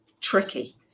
tricky